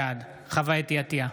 בעד חוה אתי עטייה,